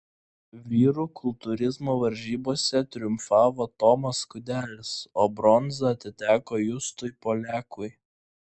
vyrų kultūrizmo varžybose triumfavo tomas kudelis o bronza atiteko justui poliakui